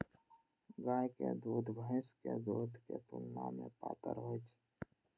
गायक दूध भैंसक दूध के तुलना मे पातर होइ छै